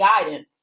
Guidance